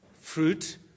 fruit